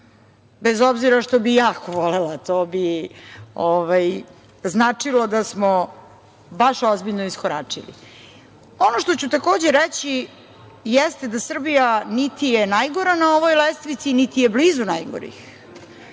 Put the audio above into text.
bez obzira što bih jako volela, to bi značilo da smo baš ozbiljno iskoračili. Ono što ću takođe reći, jeste da Srbija niti je najgora na ovoj lestvici, niti je blizu najgorih.